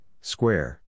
square